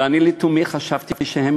ואני לתומי חשבתי שהם